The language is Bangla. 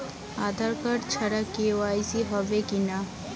আধার কার্ড ছাড়া কে.ওয়াই.সি হবে কিনা?